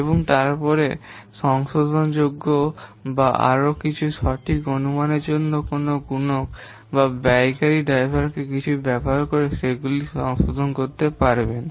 এবং তারপরে আপনি পরে সংশোধনযোগ্য বা আরও সঠিক অনুমানের জন্য কোনও গুণক বা ব্যয়কারী ড্রাইভারকে কিছু ব্যবহার করে সেগুলি সংশোধন করতে পারবেন